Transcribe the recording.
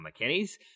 McKinney's